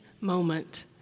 moment